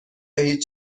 هیچ